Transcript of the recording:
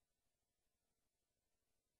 את